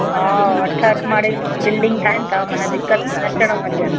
हा अठहठि माड़े जी बिल्डिंग ठाहिण था मना दिक़तु अचण वारी आहे